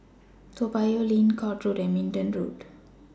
Toa Payoh Lane Court Road and Minden Road